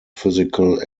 physical